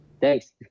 thanks